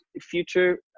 future